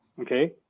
Okay